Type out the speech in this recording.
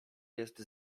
jest